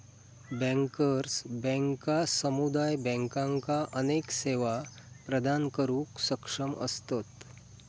bankers बँका समुदाय बँकांका अनेक सेवा प्रदान करुक सक्षम असतत